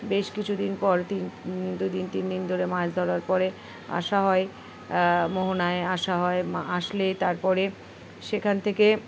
বেশ কিছুদিন পর তিন দু দিন তিন দিন ধরে মাছ ধরার পরে আসা হয় মোহনায় আসা হয় আসলে তারপরে সেখান থেকে